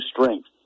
strength